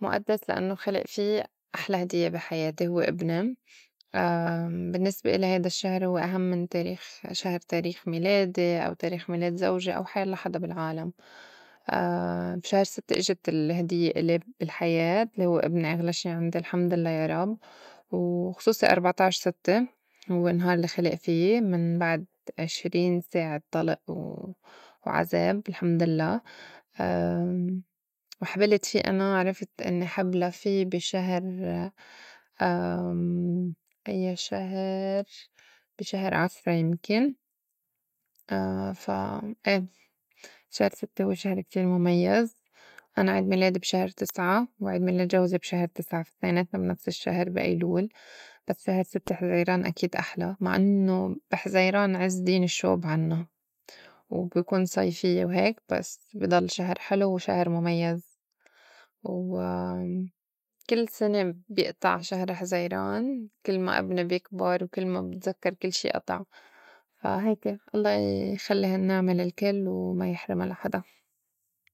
مُئدّس لإنّو خلق في أحلى هدّية بي حياتي هوّ إبني. بالنّسبة إلي هيدا الشّهر هو أهم من تاريخ شهر تاريخ ميلادي أو تاريخ ميلاد زوجي أو حيلّا حدا بالعالم، بي شهر ستّة اجت الهديّة ألي بالحياة الّي هو إبني أغلى شي عندي الحمد لله يا رب، وخصوصي أربعة طاعش ستّة هوّ النهار الّي خلق في من بعد عشرين ساعة طلق و وعزاب الحمد لله. وحبلت في أنا عرفت إنّي حبلى في بي شهر أيّا شهر؟ بي شهر عشرة يمكن. فا أيه شهر ستّة هوّ شهر كتير مُميّز. أنا عيد ميلادي بشهر تسعة وعيد ميلاد جوزي بي شهر تسعة فا اتنيناتنا بي نفس الشّهر بي أيلول. بس شهر ستّة حزيران أكيد أحلى مع إنّو بي حزيران عز دين الشّوب عنّا وبي كون صيفيّة وهيك بس بي ضل شهر حلو وشهر مُميّز. و كل سنة بيقطع شهر حزيران كل ما إبني بيكبر وكل ما بتزكّر كل شي أطع. فا هيكة الله يخلّي هالنّعمة للكل وما يحرما لحدا.